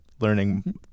learning